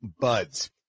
buds